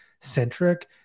centric